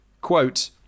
quote